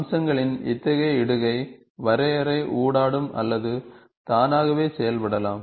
அம்சங்களின் இத்தகைய இடுகை வரையறை ஊடாடும் அல்லது தானாகவே செய்யப்படலாம்